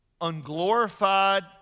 unglorified